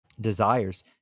desires